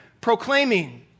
proclaiming